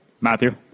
Matthew